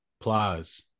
plies